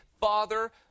Father